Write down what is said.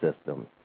system